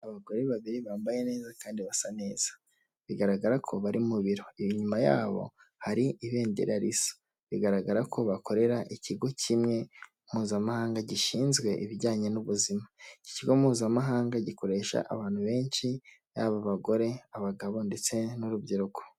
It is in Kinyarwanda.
Abagore babiri bambaye neza kandi basa neza, bigaragara ko bari mu biro, inyuma yabo hari ibendera risa, bigaragara ko bakorera ikigo kimwe mpuzamahanga gishinzwe ibijyanye n'ubuzima, iki kigo mpuzamahanga gikoresha abantu benshi, yaba abagore, abagabo ndetse n'urubyiruko.